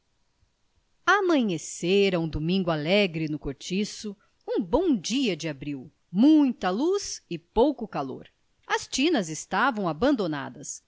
amanhecera um domingo alegre no cortiço um bom dia de abril muita luz e pouco calor as tinas estavam abandonadas